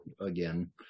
again